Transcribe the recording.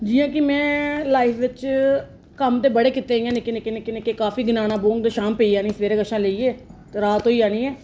जियां कि में लाइफ बिच्च कम्म ते बड़े कीते इ'यां निक्के निक्के निक्के काफी गनाना बौह्ङ ते शाम पेई आने सवेरे कशा लेइयै ते रात होई जानी ऐ